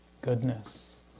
goodness